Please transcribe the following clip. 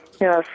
yes